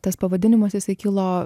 tas pavadinimas jisai kilo